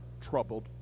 troubled